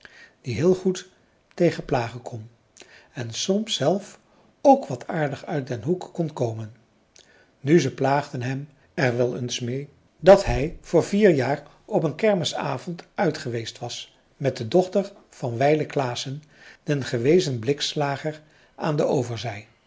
die heel goed tegen plagen kon en soms zelf ook wat aardig uit den hoek kon komen nu ze plaagden hem er wel eens mee dat hij voor vier jaar op een kermisavond uit geweest was met de dochter van wijlen klaassen den gewezen blikslager aan de overzij